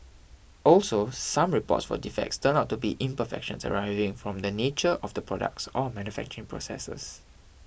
also some reports for defects turned out to be imperfections arising from the nature of the products or manufacturing processes